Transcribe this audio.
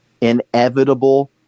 inevitable